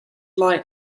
lie